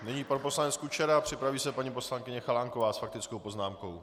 Nyní pan poslanec Kučera, připraví se paní poslankyně Chalánková s faktickou poznámkou.